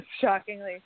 shockingly